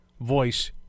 voice